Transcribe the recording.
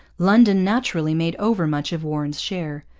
london naturally made overmuch of warren's share,